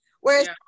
Whereas